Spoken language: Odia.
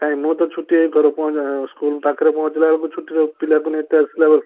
କାଇଁ ମୁଁ ତ ଛୁଟି ହେଇ ଘରେ ସ୍କୁଲ୍ ପାଖରେ ପହଞ୍ଚିଲା ବେଳକୁ ଛୁଟିରେ ପିଲାକୁ ନେଇତେ ଆସିଲା ବେଳକୁ